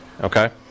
Okay